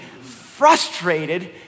frustrated